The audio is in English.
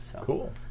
Cool